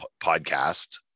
podcast